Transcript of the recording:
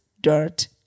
dirt